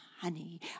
honey